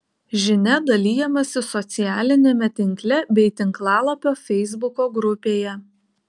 žinia dalijamasi socialiniame tinkle bei tinklalapio feisbuko grupėje